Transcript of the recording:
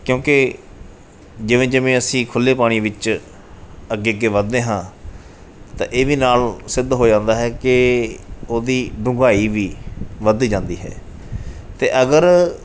ਕਿਉਂਕਿ ਜਿਵੇਂ ਜਿਵੇਂ ਅਸੀਂ ਖੁੱਲ੍ਹੇ ਪਾਣੀ ਵਿੱਚ ਅੱਗੇ ਅੱਗੇ ਵਧਦੇ ਹਾਂ ਤਾਂ ਇਹ ਵੀ ਨਾਲ ਸਿੱਧ ਹੋ ਜਾਂਦਾ ਹੈ ਕਿ ਉਹਦੀ ਡੁੰਗਾਈ ਵੀ ਵਧਦੀ ਜਾਂਦੀ ਹੈ ਅਤੇ ਅਗਰ